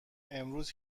امروز